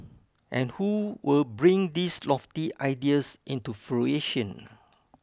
and who will bring these lofty ideas into fruition